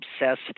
obsessed